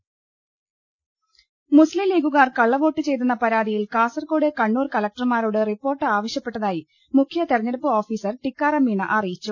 ൾ ൽ ൾ മുസ്ലിം ലീഗുകാർ കള്ളവോട്ട് ചെയ്തെന്ന പരാതിയിൽ കാസർകോഡ് കണ്ണൂർ കലക്ടർമാരോട് റിപ്പോർട്ട് ആവശ്യപ്പെ ട്ടതായി മുഖ്യ തെരഞ്ഞെടുപ്പ് ഓഫീസർ ടിക്കാറാം മീണ അറി യിച്ചു